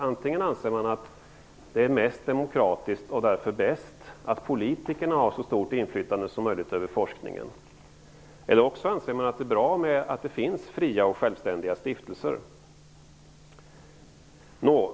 Antingen anser man att det är mest demokratiskt och därför bäst att politikerna har så stort inflytande som möjligt över forskningen, eller också anser man att det är bra att det finns fria och självständiga stiftelser.